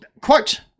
Quote